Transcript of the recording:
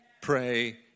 pray